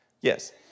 yes